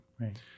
Right